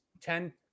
ten